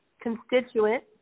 constituent